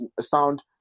sound